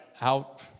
out